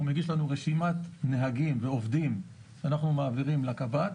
הוא מגיש לנו רשימת נהגים ועובדים שאנחנו מעבירים לקב"ט.